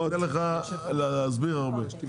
אני נותן לך להסביר הרבה.